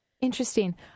Interesting